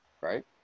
Right